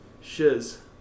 Shiz